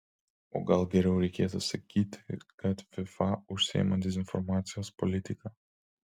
o gal geriau reikėtų sakyti kad fifa užsiima dezinformacijos politika